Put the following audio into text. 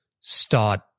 start